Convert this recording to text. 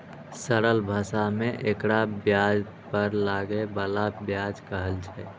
सरल भाषा मे एकरा ब्याज पर लागै बला ब्याज कहल छै